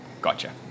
gotcha